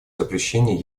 запрещении